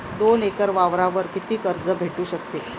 दोन एकर वावरावर कितीक कर्ज भेटू शकते?